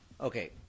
okay